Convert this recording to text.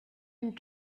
and